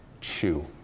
chew